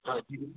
हाँ जी